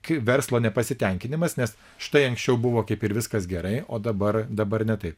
kaip verslo nepasitenkinimas nes štai anksčiau buvo kaip ir viskas gerai o dabar dabar ne taip